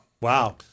wow